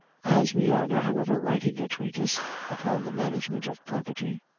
as we are not, however, writing a treatise upon the management of property,